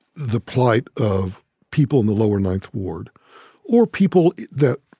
the plight of people in the lower ninth ward or people that